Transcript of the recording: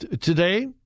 Today